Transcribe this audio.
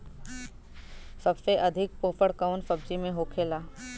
सबसे अधिक पोषण कवन सब्जी में होखेला?